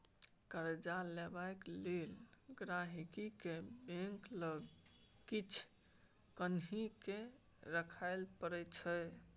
कर्जा लेबाक लेल गांहिकी केँ बैंक लग किछ बन्हकी राखय परै छै